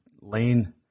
Lane